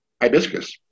hibiscus